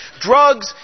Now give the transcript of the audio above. Drugs